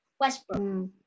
Westbrook